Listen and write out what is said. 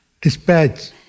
Dispatch